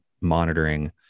monitoring